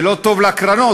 זה לא טוב לקרנות,